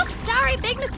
ah sorry, big